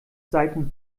seiten